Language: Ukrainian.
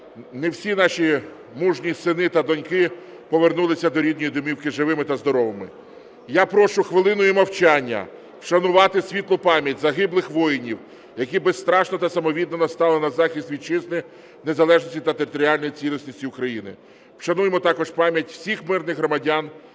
не всі наші мужні сини та доньки повернулися до рідної домівки живими та здоровими. Я прошу хвилиною мовчання вшанувати світлу пам'ять загиблих воїнів, які безстрашно та самовіддано стали на захист Вітчизни, незалежності та територіальної цілісності України. Вшануємо також пам'ять всіх мирних громадян,